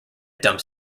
dump